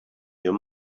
your